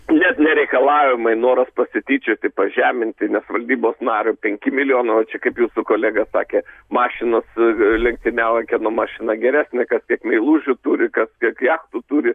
net ne reikalavimai noras pasityčioti pažeminti nes valdybos nario penki milijonai o čia kaip jūsų kolega sakė mašinos lenktyniauja kieno mašina geresnė kas kiek meilužių turi kas kiek jachtų turi